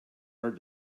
hard